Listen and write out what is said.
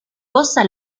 cosa